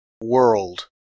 world